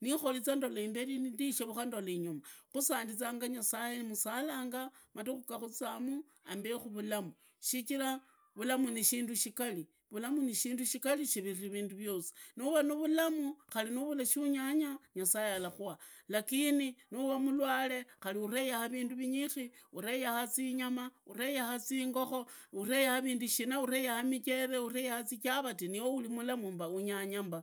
Nikholiza ndola imberiyi nishevuka ndoli inyuma, khusandiza nyasaye musalanga maduka ga kuzaamu ambekhu vulamu shichira. Vulamu ni shindu shigari, vulamu shigali shipiri vindu vyosi, nuva navulamu khari nuva nashunyanga nyasaye alakhua, lakini nuvaa mundu mulwale khari aree yaha vindu vinyikhi, uree yaha michere zichavak, uree yaha zingokoo, uree yaha vindu shina, uree yaha zinyamaa, uree yaha michere, zichavak na ivee uri mulamu mba, urinyanya mba,